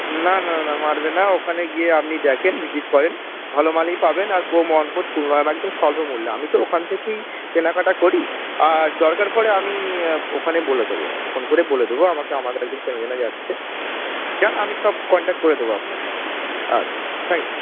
না না না মারবে না ওখানে গিয়ে আপনি দেখেন ভিজিট করেন ভালো মালই পাবেন আর কম অল্প সুলভ একদম স্বল্প মূল্যে আমি তো ওখান থেকেই কেনাকাটা করি আর দরকার পড়ে আমি ওখানে বলে দেবো ফোন করে বলে দেবো আমাকে আমার একজন চেনা জানা যাচ্ছে যান আমি সব কন্ট্যাক্ট করে দেবো আপনাকে আচ্ছা থ্যাঙ্ক ইউ